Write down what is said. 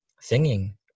singing